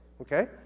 okay